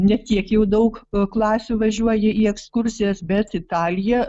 ne tiek jau daug klasių važiuoja į ekskursijas bet italija